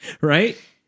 right